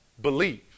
believe